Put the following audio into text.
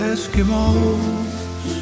Eskimos